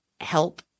help